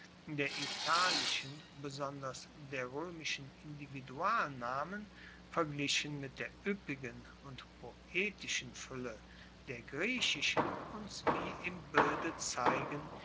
der italischen besonders der roemischen individualnamen verglichen mit der ueppigen und poetischen fuelle der griechischen uns wie im bilde zeigen